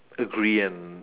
agree and